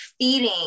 feeding